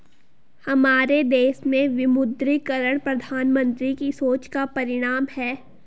हमारे देश में विमुद्रीकरण प्रधानमन्त्री की सोच का परिणाम है